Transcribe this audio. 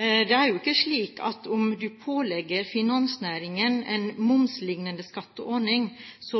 Det er jo ikke slik at om en pålegger finansnæringen en momslignende skatteordning,